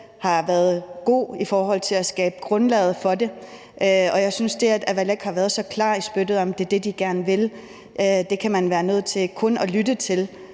har været god i forhold til at skabe grundlaget for det. Jeg synes, at det er godt, at Avalak har været så klare i mælet om, at det er det, de gerne vil. Det er man nødt til at lytte til